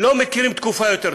לא מכירים תקופה יותר טובה.